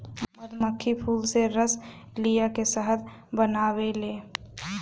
मधुमक्खी फूल से रस लिया के शहद बनावेले